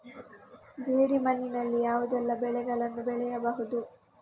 ಜೇಡಿ ಮಣ್ಣಿನಲ್ಲಿ ಯಾವುದೆಲ್ಲ ಬೆಳೆಗಳನ್ನು ಬೆಳೆಯಬಹುದು?